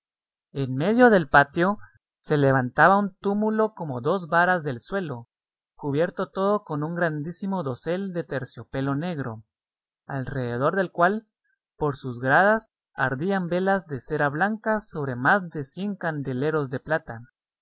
en medio del patio se levantaba un túmulo como dos varas del suelo cubierto todo con un grandísimo dosel de terciopelo negro alrededor del cual por sus gradas ardían velas de cera blanca sobre más de cien candeleros de plata